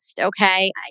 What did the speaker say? okay